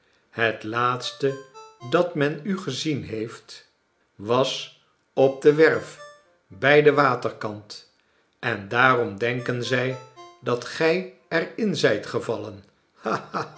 het laatste dat men u gezien heeft was op de werf bij den waterkant en daarom denken zij dat gij er in zijt gevallen